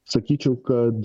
sakyčiau kad